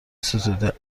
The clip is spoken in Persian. ستوده